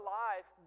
life